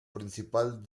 principal